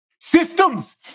systems